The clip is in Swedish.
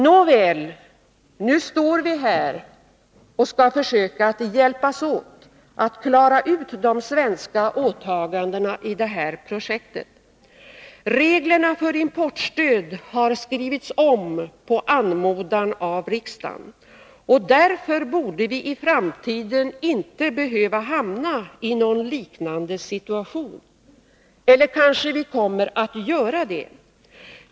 Nåväl, här står vi nu och skall försöka att hjälpas åt att klara ut de svenska åtagandena i det här projektet. Reglerna för importstödet har skrivits om på anmodan av riksdagen, och därför borde vi i framtiden inte behöva hamna i någon liknande situation. Eller kommer vi att göra det?